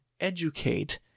Educate